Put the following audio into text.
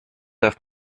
darf